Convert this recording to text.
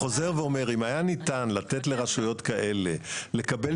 ואומר שאם היה ניתן לתת לרשויות כאלה לקבל